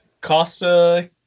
Costa